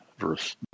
verse